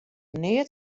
neat